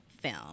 film